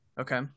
Okay